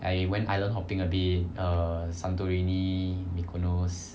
I went island hopping a bit err santorini mykonos